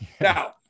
Now